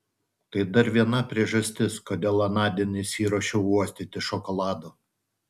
tai dar viena priežastis kodėl anądien išsiruošiau uostyti šokolado